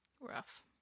Rough